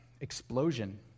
explosion